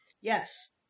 Yes